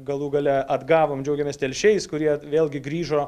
galų gale atgavom džiaugiamės telšiais kurie vėlgi grįžo